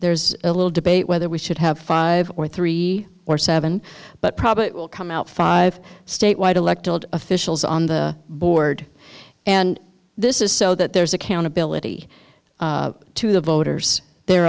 there's a little debate whether we should have five or three or seven but probably it will come out five statewide elected officials on the board and this is so that there's accountability to the voters the